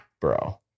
bro